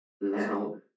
Now